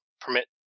permit